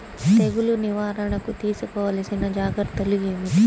తెగులు నివారణకు తీసుకోవలసిన జాగ్రత్తలు ఏమిటీ?